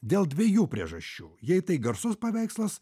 dėl dviejų priežasčių jei tai garsus paveikslas